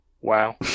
wow